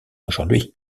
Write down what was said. aujourd’hui